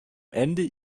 ende